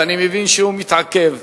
ואני מבין שהוא מתעכב.